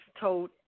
told